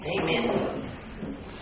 Amen